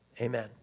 Amen